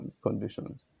conditions